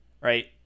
right